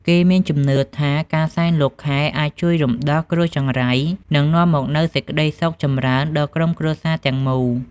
គេមានជំនឿថា ការសែនលោកខែអាចជួយរំដោះគ្រោះចង្រៃ និងនាំមកនូវសេចក្តីសុខចម្រើនដល់ក្រុមគ្រួសារទាំងមូល។